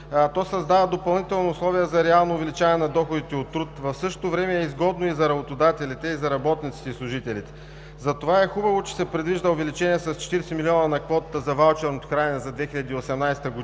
То създава допълнителни условия за реално увеличаване на доходите от труд. В същото време е изгодно и за работодателите, и за работниците и служителите. Затова е хубаво, че се предвижда увеличение с 40 милиона на квотата за ваучерното хранене за 2018 г.